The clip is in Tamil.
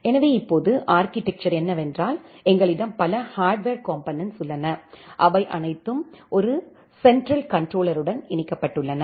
எனவே இப்போது ஆர்க்கிடெக்சர் என்னவென்றால் எங்களிடம் பல ஹார்ட்வர் காம்போனென்ட்ஸ் உள்ளன அவை அனைத்தும் ஒரு சென்ட்ரல் கண்ட்ரோல்லேருடன் இணைக்கப்பட்டுள்ளன